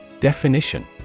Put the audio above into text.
Definition